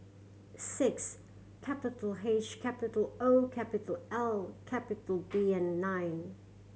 six capital H capital O capital L capital B and nine